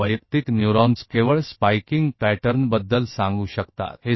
तो व्यक्तिगत न्यूरॉन्स केवल आपको स्पाइकिंग पैटर्न के बारे में बता सकते हैं